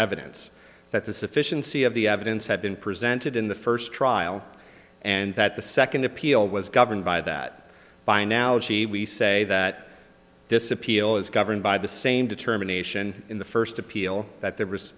evidence that the sufficiency of the evidence had been presented in the first trial and that the second appeal was governed by that by analogy we say that this appeal is governed by the same determination in the first appeal that the